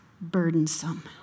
burdensome